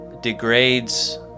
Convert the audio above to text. degrades